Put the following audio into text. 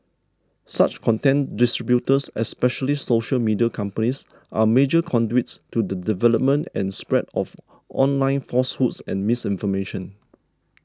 such content distributors especially social media companies are major conduits to the development and spread of online falsehoods and misinformation